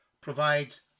provides